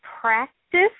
practice